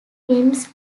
films